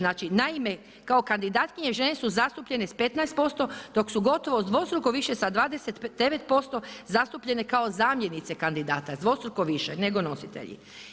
Naime, kao kandidatkinje žene su zastupljene sa 15%, dok su gotovo sa dvostruko više sa 29% zastupljene kao zamjenice kandidata, dvostruko više nego nositelji.